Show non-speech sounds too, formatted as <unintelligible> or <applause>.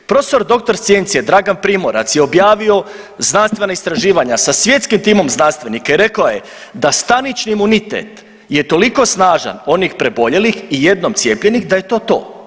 Prof. dr. sc. … <unintelligible> Dragan Primorac je objavio znanstvena istraživanja sa svjetskim timom znanstvenika i rekao je da stanični imunitet je toliko snažan onih preboljelih i jednom cijepljenih da je to to.